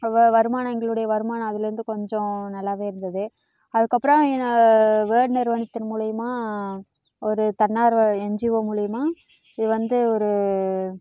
வ வருமானம் எங்களுடைய வருமானம் அதிலிருந்து கொஞ்சம் நல்லாவே இருந்தது அதுக்கப்புறோம் என்ன வேர்ல்ட் நிறுவனத்தின் மூலியமா ஒரு தன்னார்வ என்ஜிஓ மூலியமா இது வந்து ஒரு